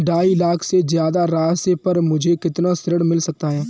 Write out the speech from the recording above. ढाई लाख से ज्यादा राशि पर मुझे कितना ऋण मिल सकता है?